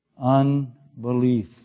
Unbelief